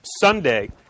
Sunday